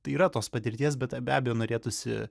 tai yra tos patirties bet be abejo norėtųsi